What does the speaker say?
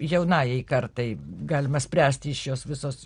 jaunajai kartai galima spręsti iš jos visos